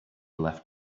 left